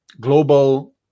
global